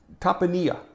tapania